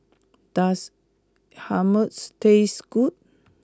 does Hummus taste good